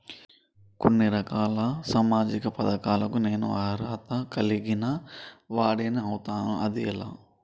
కొన్ని రకాల సామాజిక పథకాలకు నేను అర్హత కలిగిన వాడిని అవుతానా? అది ఎలా?